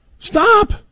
Stop